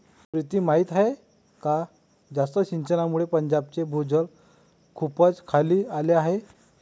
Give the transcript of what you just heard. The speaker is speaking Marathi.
प्रीती माहीत आहे का जास्त सिंचनामुळे पंजाबचे भूजल खूपच खाली आले आहे